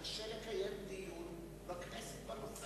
קשה לקיים דיון בכנסת.